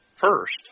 first